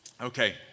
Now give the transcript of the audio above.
Okay